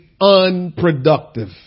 unproductive